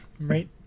Right